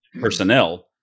personnel